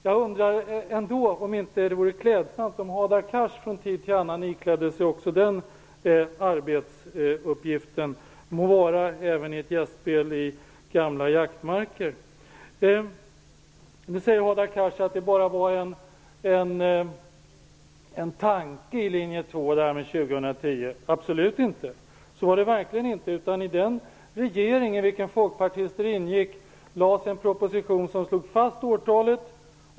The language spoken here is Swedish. Jag undrar ändå om det inte vore klädsamt om Hadar Cars från tid till annan också iklädde sig den arbetsuppgiften, må vara under ett gästspel i gamla jaktmarker. Hadar Cars säger att avveckling till år 2010 bara var en tanke hos linje 2. Absolut inte! Så var det verkligen inte. Den regering i vilken folkpartister ingick lade fram en proposition som slog fast årtalet.